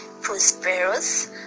prosperous